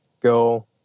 go